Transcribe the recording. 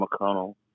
McConnell